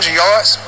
yards